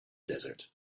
desert